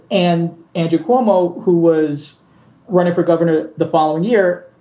and andrew cuomo, who was running for governor the following year,